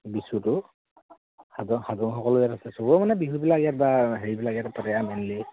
বিচুটো চবৰে মানে বিহুবিলাক ইয়াত বা হেৰিবিলাক ইয়াত পাতে মেইনলি